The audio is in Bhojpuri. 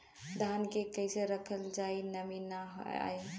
धान के कइसे रखल जाकि नमी न आए?